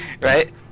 right